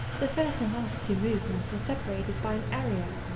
the first and last two movements were separated by an aria,